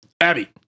Abby